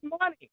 money